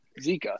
Zika